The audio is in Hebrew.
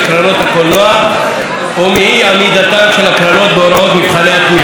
הקולנוע או מאי-עמידתן של הקרנות בהוראות מבחני התמיכה,